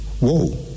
Whoa